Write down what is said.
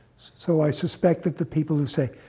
so i suspect that the people who say,